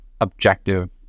objective